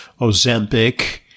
Ozempic